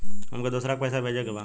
हमके दोसरा के पैसा भेजे के बा?